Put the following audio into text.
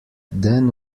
then